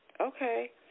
Okay